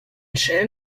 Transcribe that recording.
schelm